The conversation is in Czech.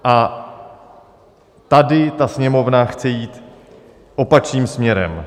A tady ta Sněmovna chce jít opačným směrem.